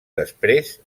després